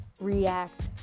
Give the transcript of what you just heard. react